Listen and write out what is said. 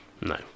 no